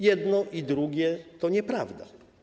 Jedno i drugie to nieprawda.